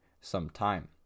sometime